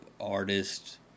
Artists